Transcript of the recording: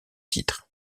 titre